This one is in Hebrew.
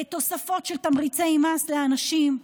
תוספות של תמריצי מס לאנשים,